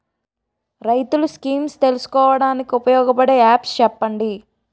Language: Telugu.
రైతులు స్కీమ్స్ తెలుసుకోవడానికి ఉపయోగపడే యాప్స్ చెప్పండి?